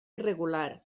irregular